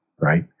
right